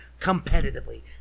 competitively